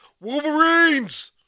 Wolverines